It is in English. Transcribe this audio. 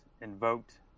invoked